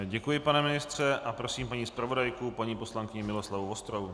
Děkuji, pane ministře, a prosím paní zpravodajku, paní poslankyni Miloslavu Vostrou.